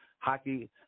Hockey